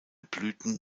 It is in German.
blüten